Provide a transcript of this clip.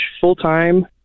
full-time